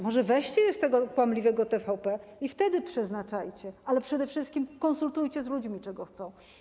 Może weźcie je z tego kłamliwego TVP i wtedy przeznaczajcie, ale przede wszystkim konsultujcie z ludźmi, czego chcą.